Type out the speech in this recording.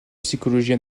psychologie